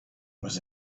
was